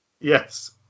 yes